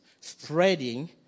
Spreading